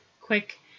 quick